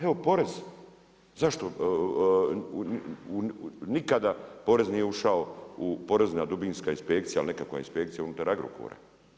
Evo porez, zašto nikada nije ušao u porezna dubinska inspekcija ili nekakva inspekcija unutar Agrokora.